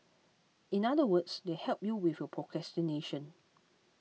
in other words they help you with your procrastination